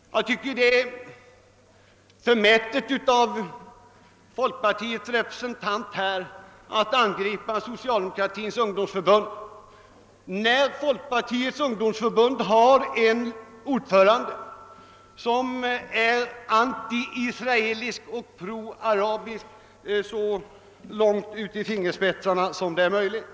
Jag tycker det är förmätelt av folkpartiets representant i denna debatt att angripa det socialdemokratiska ungdomsförbundet, när = folkpartiets eget ungdomsförbund har en ordförande som är antiisraelisk och proarabisk så långt ut i fingerspetsarna som det är möjligt.